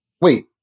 wait